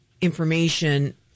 information